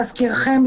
להזכירכם,